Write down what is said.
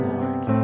Lord